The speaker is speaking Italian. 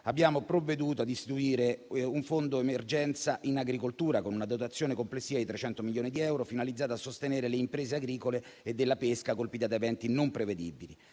abbiamo provveduto a istituire un fondo emergenza in agricoltura, con una dotazione complessiva di 300 milioni di euro, finalizzato a sostenere le imprese agricole e della pesca colpite da eventi non prevedibili.